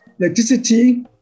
electricity